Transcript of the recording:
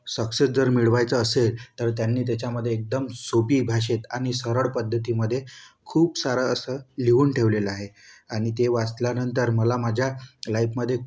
success जर मिळवायचं असेल तर त्यांनी त्याच्यामध्ये एकदम सोपी भाषेत आणि सरळ पद्धतीमध्ये खूप सारं असं लिहून ठेवलेलं आहे आणि ते वाचल्यानंतर मला माझ्या लाईफमध्ये